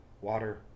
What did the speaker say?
water